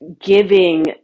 giving